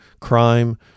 crime